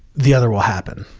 the other will happen.